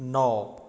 नओ